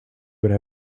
would